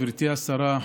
גברתי השרה,